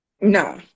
No